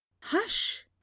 Hush